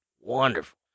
Wonderful